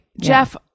Jeff